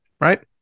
right